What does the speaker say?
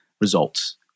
results